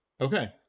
Okay